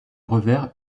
revers